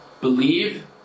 believe